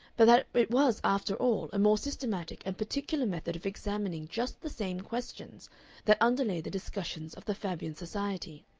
but that it was after all, a more systematic and particular method of examining just the same questions that underlay the discussions of the fabian society,